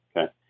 Okay